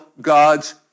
God's